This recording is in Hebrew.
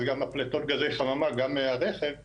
אז גם פליטות גזי החממה מהרכב יצטמצמו.